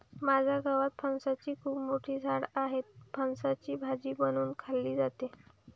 माझ्या गावात फणसाची खूप मोठी झाडं आहेत, फणसाची भाजी बनवून खाल्ली जाते